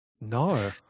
No